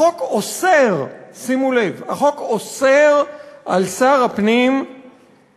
החוק אוסר, שימו לב, החוק אוסר על שר הפנים לתת